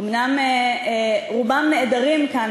אומנם רובם נעדרים מכאן,